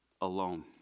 alone